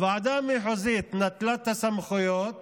הוועדה המחוזית נטלה את הסמכויות